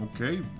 Okay